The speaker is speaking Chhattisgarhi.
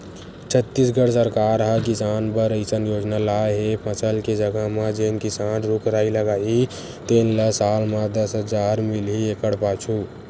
छत्तीसगढ़ सरकार ह किसान बर अइसन योजना लाए हे फसल के जघा म जेन किसान रूख राई लगाही तेन ल साल म दस हजार मिलही एकड़ पाछू